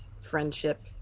friendship